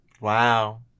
Wow